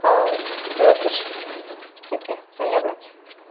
ହଉ ରଖୁଛି ଆଜ୍ଞା ଧନ୍ୟବାଦ